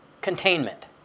containment